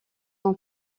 ans